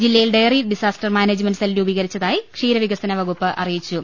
ജില്ലയിൽ dairy disaster management cell രൂപീകരിച്ചതായി ക്ഷീരവികസനവകുപ്പ് അറി യിച്ചു